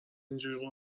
اینجوری